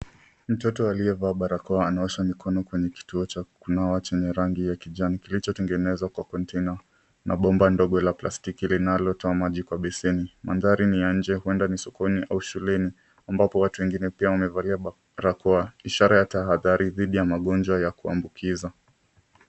Mtoto aliyevaa barakoa anaosha mikono kwenye kituo cha kunawa chenye rangi ya kijani kilichotengenezwa kwa kontena na bomba ndogo la plastiki linalotoa maji kwa beseni. Mandhari ni ya nje huenda ni sokoni au shuleni, ambapo watu wengine pia wamevalia barakoa ishara ya tahadhari dhidi ya magonjwa ya kuambukiza.